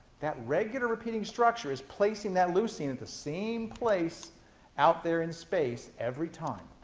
that regular repeating structure is placing that leucine at the same place out there in space every time,